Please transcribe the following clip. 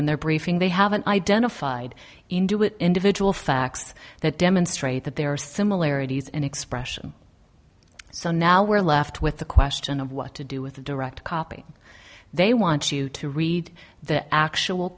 in their briefing they haven't identified into it individual facts that demonstrate that there are similarities in expression so now we're left with the question of what to do with the direct copy they want you to read the actual